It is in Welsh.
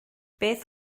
beth